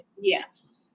yes